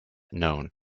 known